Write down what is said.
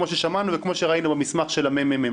כמו ששמענו וכמו שראינו במסמך של הממ"מ.